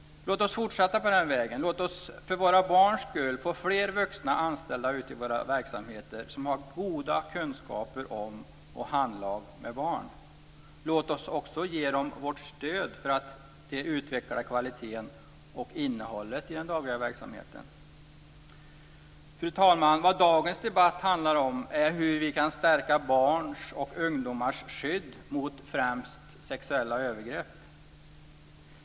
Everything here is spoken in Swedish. Låt oss fortsätta på den vägen! Låt oss för våra barns skull få fler vuxna anställda ute i våra verksamheter som har goda kunskaper om och handlag med barn! Låt oss också ge dem vårt stöd för att utveckla kvaliteten och innehållet i den dagliga verksamheten. Fru talman! Vad dagens debatt handlar om är hur vi kan stärka barns och ungdomars skydd mot främst sexuella övergrepp.